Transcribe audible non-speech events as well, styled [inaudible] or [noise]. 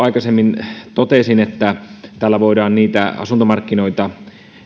[unintelligible] aikaisemmin totesin että tällä voidaan asuntomarkkinoita